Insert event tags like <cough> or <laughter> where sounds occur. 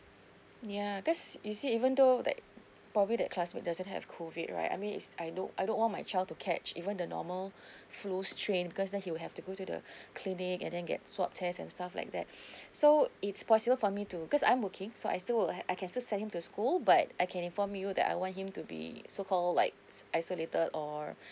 ya that's you see even though that probably that classmate doesn't have COVID right I mean it's I don't I don't want my child to catch even the normal <breath> flu strain because then he will have to go to the <breath> clinic and then get swab test and stuff like that <breath> so it's possible for me to because I'm working so I still have I can still send him to school but I can inform you that I want him to be so called like isolated or